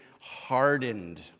hardened